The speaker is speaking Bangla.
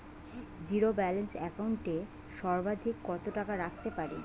জীরো ব্যালান্স একাউন্ট এ সর্বাধিক কত টাকা রাখতে পারি?